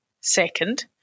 Second